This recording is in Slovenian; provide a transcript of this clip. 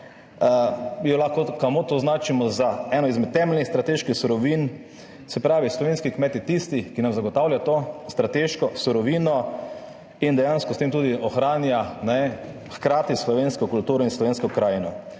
jo lahko z lahkoto označimo za eno izmed temeljnih strateških surovin. Se pravi, slovenski kmet je tisti, ki nam zagotavlja to strateško surovino in dejansko s tem tudi ohranja hkrati s slovensko kulturo in slovensko krajino.